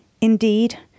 Indeed